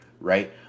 right